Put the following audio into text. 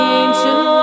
ancient